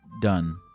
done